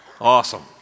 Awesome